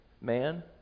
man